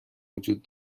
وجود